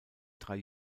drei